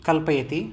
कल्पयति